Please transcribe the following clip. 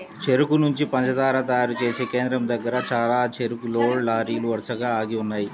చెరుకు నుంచి పంచదార తయారు చేసే కేంద్రం దగ్గర చానా చెరుకు లోడ్ లారీలు వరసగా ఆగి ఉన్నయ్యి